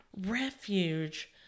refuge